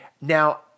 Now